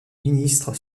ministre